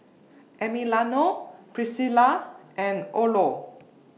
Emiliano Priscila and Orlo